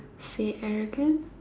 say arrogant